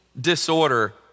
disorder